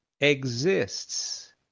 exists